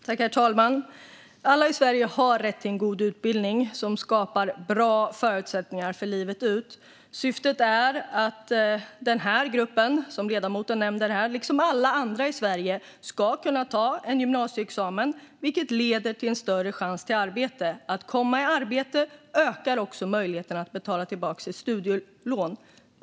Herr talman! Alla i Sverige har rätt till en god utbildning som skapar bra förutsättningar livet ut. Syftet är att den grupp som ledamoten nämner, liksom alla andra i Sverige, ska kunna ta en gymnasieexamen, vilket leder till en större chans till arbete. Att komma i arbete ökar också möjligheterna att betala tillbaka sitt studielån.